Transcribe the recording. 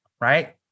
right